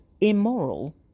immoral